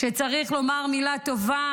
כשצריך לומר מילה טובה